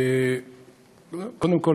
קודם כול,